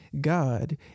God